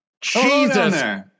Jesus